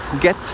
get